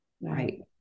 Right